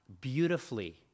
beautifully